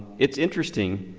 it's interesting,